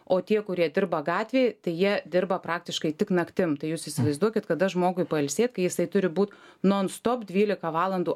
o tie kurie dirba gatvėj tai jie dirba praktiškai tik naktim tai jūs įsivaizduokit kada žmogui pailsėt kai jisai turi būt non stop dvylika valandų